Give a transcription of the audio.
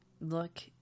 look